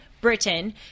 Britain